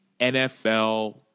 NFL –